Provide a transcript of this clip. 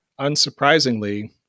unsurprisingly